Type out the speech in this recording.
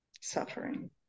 suffering